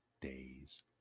days